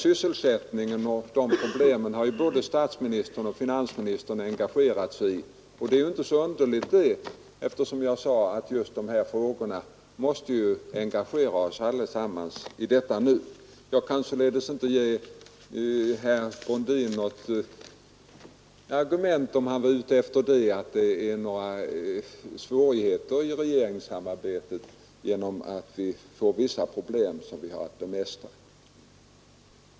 Sysselsättningsproblemen har ju både statsministern och finansministern engagerat sig i, och det är ju inte så underligt, eftersom dessa frågor, såsom jag sade, engagerar oss allesammans så mycket just nu. Jag kan således inte ge herr Brundin något belägg för — om han var ute efter detta — att det skulle vara några svårigheter i regeringssamarbetet då vi har vissa problem att lösa.